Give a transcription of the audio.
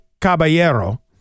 Caballero